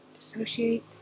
Dissociate